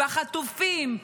בחטופים,